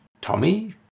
Tommy